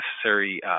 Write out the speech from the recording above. necessary